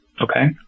okay